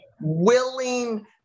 willing